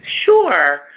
Sure